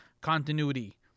continuity